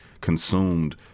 consumed